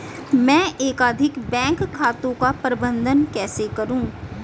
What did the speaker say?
मैं एकाधिक बैंक खातों का प्रबंधन कैसे करूँ?